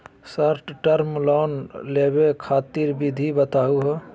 Short term loan लेवे खातीर विधि बताहु हो?